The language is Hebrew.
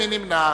ומי נמנע?